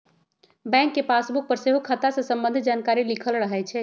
bank के passbook पर सेहो खता से संबंधित जानकारी लिखल रहै छइ